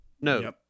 No